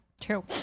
True